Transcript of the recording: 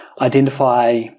identify